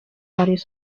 varios